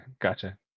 Gotcha